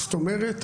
זאת אומרת,